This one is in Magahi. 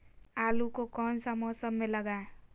आलू को कौन सा मौसम में लगाए?